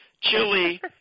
chili